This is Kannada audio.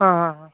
ಹಾಂ ಹಾಂ